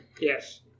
yes